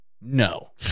No